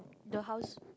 the house